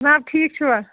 جِناب ٹھیٖک چھُوا